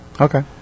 Okay